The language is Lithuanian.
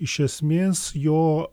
iš esmės jo